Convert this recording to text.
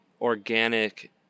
organic